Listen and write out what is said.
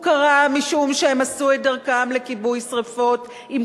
הוא קרה משום שהם עשו את דרכם לכיבוי שרפות עם